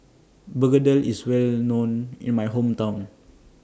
Begedil IS Well known in My Hometown